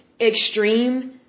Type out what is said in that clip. extreme